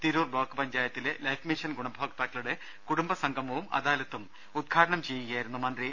Tirur block പഞ്ചായത്തിലെ life mission ഗുണഭോക്താക്കളുടെ കുടുംബ സംഗമവും അദാലത്തും ഉദ്ഘാടനം ചെയ്ത് സംസാരിക്കുകയായിരുന്നു മന്ത്രി